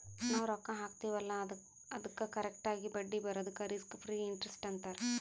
ನಾವ್ ರೊಕ್ಕಾ ಹಾಕ್ತಿವ್ ಅಲ್ಲಾ ಅದ್ದುಕ್ ಕರೆಕ್ಟ್ ಆಗಿ ಬಡ್ಡಿ ಬರದುಕ್ ರಿಸ್ಕ್ ಫ್ರೀ ಇಂಟರೆಸ್ಟ್ ಅಂತಾರ್